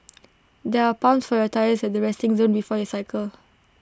there are pumps for your tyres at the resting zone before you cycle